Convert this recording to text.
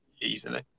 Easily